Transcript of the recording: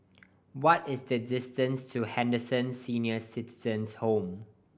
what is the distance to Henderson Senior Citizens' Home